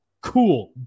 cool